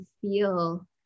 feel